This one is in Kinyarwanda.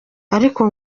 ariko